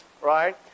Right